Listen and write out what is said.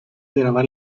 grabar